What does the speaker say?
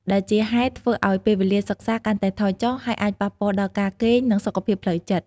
ដែលជាហេតុធ្វើឱ្យពេលវេលាសិក្សាកាន់តែថយចុះ ហើយអាចប៉ះពាល់ដល់ការគេង និងសុខភាពផ្លូវចិត្ត។